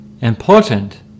important